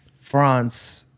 France